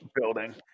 building